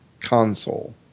console